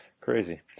Crazy